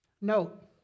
Note